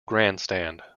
grandstand